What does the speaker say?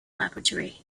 laboratory